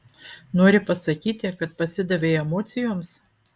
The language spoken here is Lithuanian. nori pasakyti kad pasidavei emocijoms